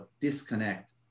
disconnect